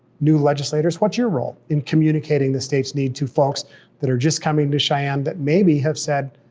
new legislators. what's your role in communicating the state's needs to folks that are just coming to cheyenne that maybe have said,